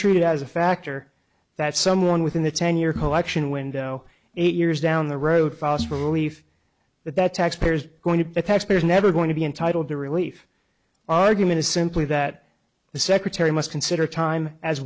treated as a factor that someone within the ten year collection window eight years down the road foster relief that that taxpayer is going to the taxpayer is never going to be entitled to relief argument is simply that the secretary must consider time as